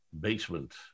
basement